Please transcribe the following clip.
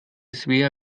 svea